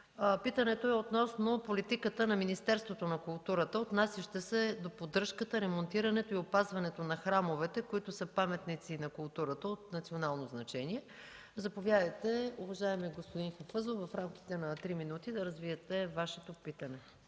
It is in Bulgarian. Стоянович относно политиката на Министерството на културата, отнасяща се до поддръжката, ремонтирането и опазването на храмовете, които са паметници на културата от национално значение. Заповядайте, уважаеми господин Хафъзов, в рамките на три минути да развиете Вашето питане.